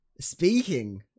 speaking